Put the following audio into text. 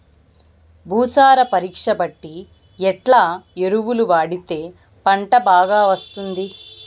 భూసార పరీక్ష బట్టి ఎట్లా ఎరువులు వాడితే పంట బాగా వస్తుంది?